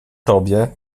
tobie